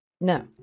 No